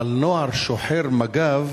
אבל נוער שוחר מג"ב,